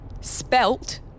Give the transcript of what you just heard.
spelt